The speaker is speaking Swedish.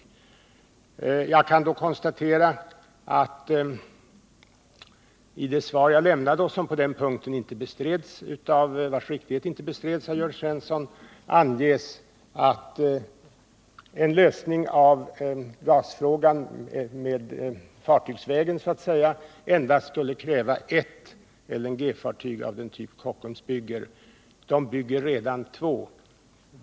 I det svar som jag lämnade Nr 31 på den punkten och vars riktighet inte bestrids av Jörn Svensson anges att en lösning av gasfrågan fartygsvägen så att säga endast skulle kräva ett LNG fartyg av den typ Kockums bygger. De bygger redan två.